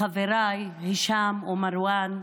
חבריי הישאם ומרואן,